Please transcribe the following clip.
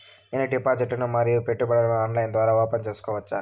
నేను డిపాజిట్లు ను మరియు పెట్టుబడులను ఆన్లైన్ ద్వారా ఓపెన్ సేసుకోవచ్చా?